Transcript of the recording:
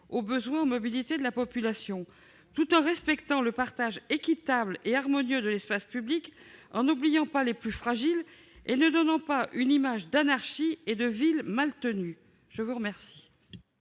aux besoins en mobilité de la population, tout en respectant le partage équitable et harmonieux de l'espace public, sans oublier les plus fragiles, et en évitant d'offrir une image d'anarchie et de ville mal tenue. La parole